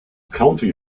county